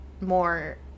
more